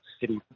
city